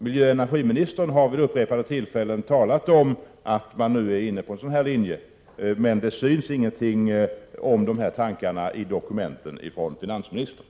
Miljöoch energiministern har vid upprepade tillfällen talat om att man nu är inne på en sådan linje. Men ingenting av dessa tankar syns i dokumenten från finansministern.